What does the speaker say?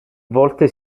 volte